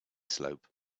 slope